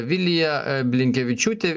vilija blinkevičiūtė